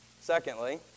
secondly